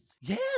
Yes